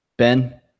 Ben